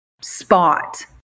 spot